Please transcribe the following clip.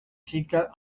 finca